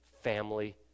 family